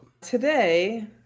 Today